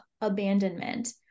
abandonment